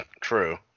True